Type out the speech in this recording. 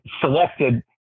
selected